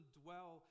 dwell